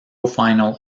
final